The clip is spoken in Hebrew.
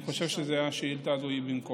אני חושב שהשאילתה הזאת היא במקומה,